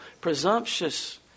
presumptuous